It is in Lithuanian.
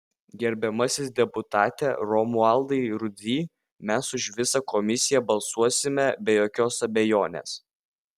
gerbiamasis deputate romualdai rudzy mes už visą komisiją balsuosime be jokios abejonės